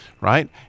right